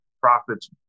profits